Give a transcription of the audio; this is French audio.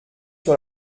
sur